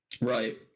right